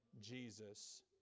Jesus